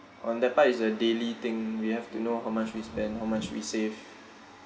on that part it's a daily thing we have to know how much we spend how much we save